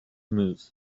move